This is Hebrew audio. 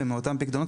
ומאותם פיקדונות,